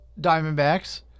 Diamondbacks